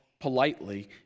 politely